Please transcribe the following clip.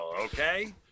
okay